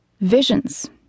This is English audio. visions